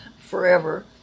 forever